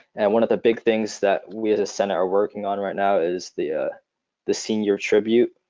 and one of the big things that we, as a senate, are working on right now is the ah the senior tribute.